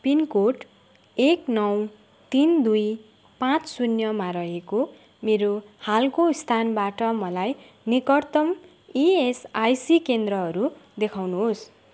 pin code एक नौ तिन दुई पाँच शून्यमा रहेको मेरो हालको स्थानबाट मलाई निकटतम इएसआइसी केन्द्रहरू देखाउनु होस्